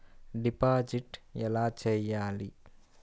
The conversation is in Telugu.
డిపాజిట్ ఎలా చెయ్యాలి?